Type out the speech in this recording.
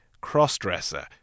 cross-dresser